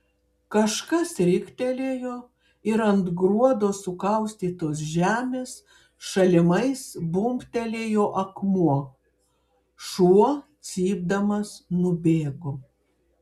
kažkas riktelėjo ir ant gruodo sukaustytos žemės šalimais bumbtelėjo akmuo šuo cypdamas nubėgo